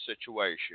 situation